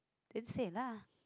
then say lah